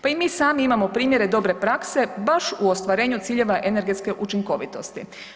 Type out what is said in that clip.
Pa i mi sami imamo primjere dobre prakse baš u ostvarenju ciljeva energetske učinkovitosti.